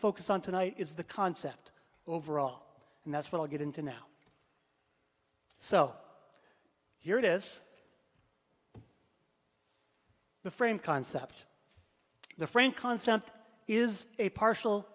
focus on tonight is the concept overall and that's what i'll get into now so here it is the frame concept the frank concept is a partial